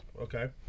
Okay